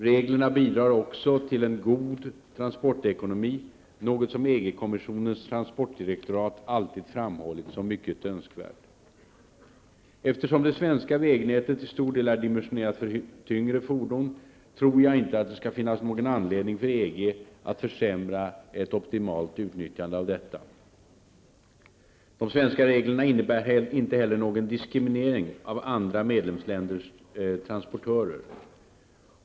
Reglerna bidrar också till en god transportekonomi, något som EG-kommissionens transportdirektorat alltid framhållit som mycket önskvärt. Eftersom det svenska vägnätet till stor del är dimensionerat för tyngre fordon, tror jag inte att det skall finnas någon anledning för EG att försämra ett optimalt utnyttjande av detta. De svenska reglerna innebär inte heller någon diskriminering av andra medlemsländers transportörer.